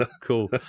cool